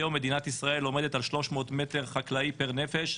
היום מדינת ישראל עומדת על 300 מטר חקלאי פר נפש.